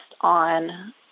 on